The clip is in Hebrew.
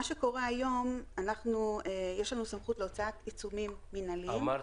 היום יש לנו סמכות להוצאת עיצומים מינהליים --- אמרת,